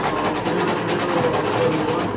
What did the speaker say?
ତ କୋଡ଼ିଏ କୋଡ଼ିଏ ବାଇ କୋଡ଼ିଏର ଷ୍ଟଲ ମିଳିବ କି